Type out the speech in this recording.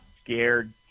scared